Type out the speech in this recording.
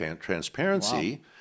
Transparency